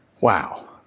Wow